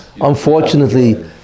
Unfortunately